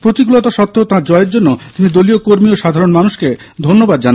প্রতিকূলতা সত্ত্বেও তাঁর জয়ের জন্য তিনি দলীয় কর্মী ও সাধারণ মানুষকে ধন্যবাদ জানান